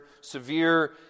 severe